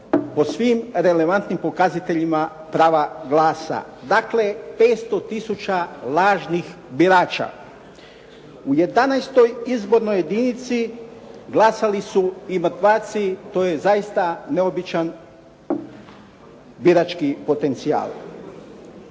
po svim relevantnim pokazateljima prava glasa. Dakle 500 tisuća lažnih birača. U XI. izbornoj jedinici glasali su i mrtvaci, to je zaista neobičan birački potencijal.